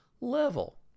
level